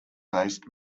based